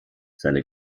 seine